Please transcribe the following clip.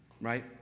right